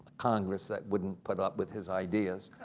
congress that wouldn't put up with his ideas.